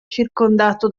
circondato